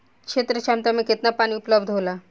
क्षेत्र क्षमता में केतना पानी उपलब्ध होला?